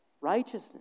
righteousness